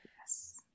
yes